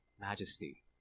majesty